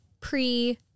pre